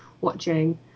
watching